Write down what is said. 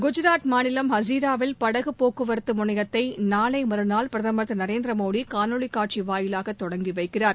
குஜாத் மாநிலம் ஹசிராவில் படகு போக்குவரத்து முனையத்தை நாளை மறுநாள் பிரதமர் திரு நரேந்திர மோடி காணொலி காட்சி வாயிலாக தொடங்கி வைக்கிறார்